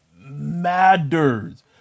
matters